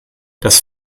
das